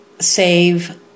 save